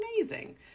amazing